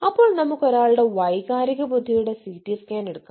അപ്പോൾ നമുക്ക് ഒരാളുടെ വൈകാരിക ബുദ്ധിയുടെ സിറ്റി സ്കാൻ എടുക്കാം